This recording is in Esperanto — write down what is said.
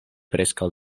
preskaŭ